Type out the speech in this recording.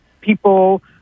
people